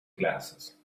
glasses